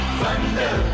thunder